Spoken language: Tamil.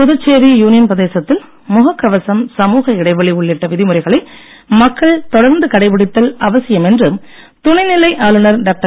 புதுச்சேரி யூனியன் பிரதேசத்தில் முகக் கவசம் சமூக இடைவெளி உள்ளிட்ட விதிமுறைகளை மக்கள் தொடர்ந்து கடைப்பிடித்தல் அவசியம் என்று துணைநிலை ஆளுனர் டாக்டர்